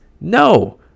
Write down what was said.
no